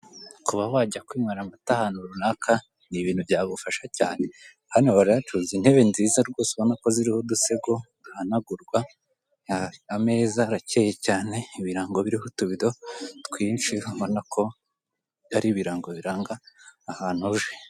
Kuba wajya kwinywera amata ahantu runaka ni ibintu byagufasha cyane, hano barayacuruza intebe nziza rwose ubona ko ziriho udusego duhanagurwa, ameza arakeye cyane, ibirango biriho utubido twinshi ubona ko ari ibirango biranga ahantu uje.